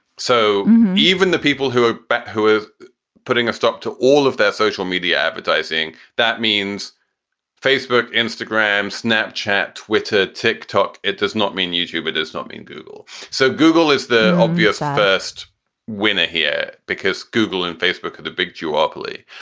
so even the people who are back, who is putting a stop to all of their social media advertising, that means facebook, instagram, snapchat, twitter. tick tock. it does not mean youtube does not mean google. so google is the obvious first winner here because google and facebook are the big duopoly.